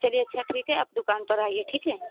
चलिए अच्छा ठीक है आप दुकान पर आइए ठीक है